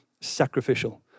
sacrificial